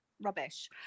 rubbish